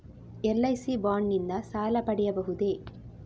LIC bond ನಿಂದ ಸಾಲ ಪಡೆಯಬಹುದೇ?